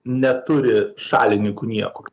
neturi šalininkų niekur